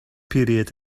period